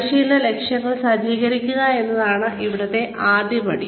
പരിശീലന ലക്ഷ്യങ്ങൾ സജ്ജീകരിക്കുക എന്നതാണ് ഇവിടെ ആദ്യപടി